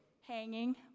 Hanging